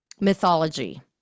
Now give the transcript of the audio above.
mythology